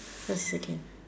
first second